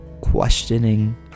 questioning